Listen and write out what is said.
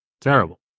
Terrible